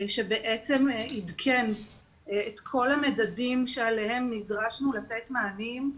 שבעצם עדכן את כל המדדים שעליהם נדרשנו לתת מענים,